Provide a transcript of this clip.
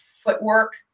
footwork